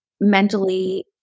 mentally